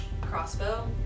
crossbow